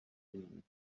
میشد